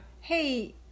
Hey